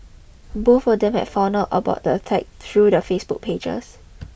both or them had found out about the attacks through their Facebook pages